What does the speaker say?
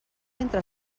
entre